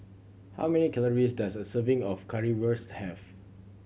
how many calories does a serving of Currywurst have